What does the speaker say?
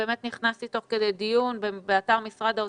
תוך כדי דיון נכנסתי לאתר משרד האוצר,